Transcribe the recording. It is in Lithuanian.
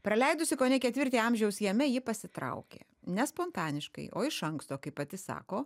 praleidusi kone ketvirtį amžiaus jame ji pasitraukė ne spontaniškai o iš anksto kaip pati sako